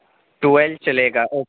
twelve چلے گا okay